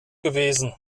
gewesen